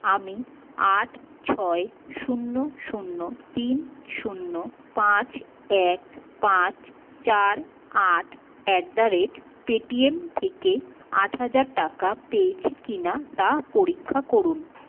আমি আট ছয় শূন্য শূন্য তিন শূন্য পাঁচ এক পাঁচ চার আট অ্যাট দা রেট পেটিএম থেকে আট হাজার টাকা পেয়েছি কি না তা পরীক্ষা করুন